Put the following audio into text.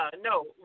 no